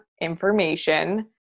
information